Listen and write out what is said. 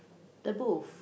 the booth